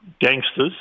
gangsters